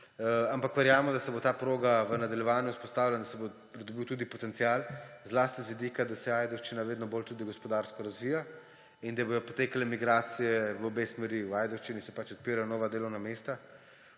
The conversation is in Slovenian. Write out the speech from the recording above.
Ampak verjamem, da se bo ta proga v nadaljevanju vzpostavila, da se bo pridobil tudi potencial, zlasti z vidika, da se Ajdovščina vedno bolj tudi gospodarsko razvija in da bodo potekale migracije v obe smeri. V Ajdovščini se pač odpirajo nova delovna mesta,